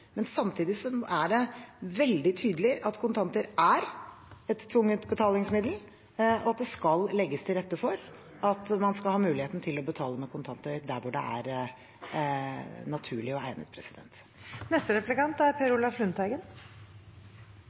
Men samtidig er det veldig tydelig at kontanter er et tvungent betalingsmiddel, og at det skal legges til rette for at man skal ha muligheten til å betale med kontanter der hvor det er naturlig og egnet.